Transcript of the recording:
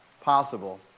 possible